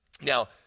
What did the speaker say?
Now